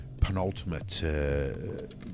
penultimate